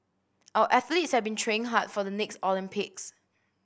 our athletes have been training hard for the next Olympics